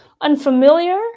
unfamiliar